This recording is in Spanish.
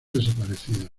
desaparecido